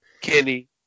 Kenny